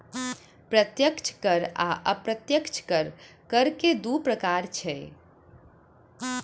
प्रत्यक्ष कर आ अप्रत्यक्ष कर, कर के दू प्रकार छै